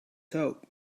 hope